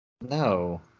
No